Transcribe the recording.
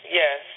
yes